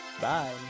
Bye